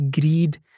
greed